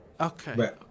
Okay